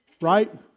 Right